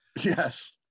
Yes